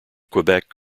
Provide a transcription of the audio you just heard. quebec